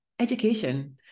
education